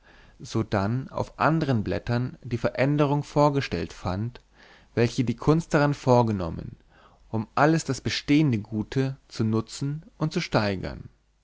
sodann auf andern blättern die veränderung vorgestellt fand welche die kunst daran vorgenommen um alles das bestehende gute zu nutzen und zu steigern